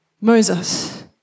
Moses